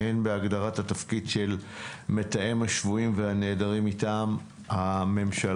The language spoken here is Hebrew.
הן בהגדרת התפקיד של מתאם השבויים והנעדרים מטעם הממשלה,